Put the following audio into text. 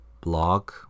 blog